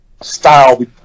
style